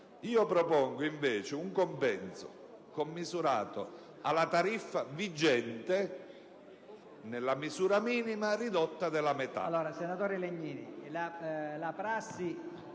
propone un compenso commisurato alla tariffa vigente nella misura minima ridotta della metà.